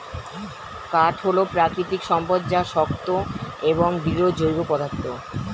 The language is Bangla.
কাঠ হল প্রাকৃতিক সম্পদ যা শক্ত এবং দৃঢ় জৈব পদার্থ